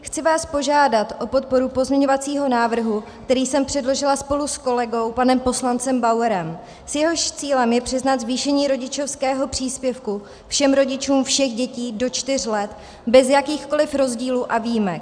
Chci vás požádat o podporu pozměňovacího návrhu, který jsem předložila spolu s kolegou panem poslancem Bauerem, jehož cílem je přiznat zvýšení rodičovského příspěvku všem rodičům všech dětí do čtyř let bez jakýchkoli rozdílů a výjimek.